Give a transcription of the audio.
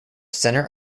centre